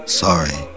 sorry